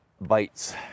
bites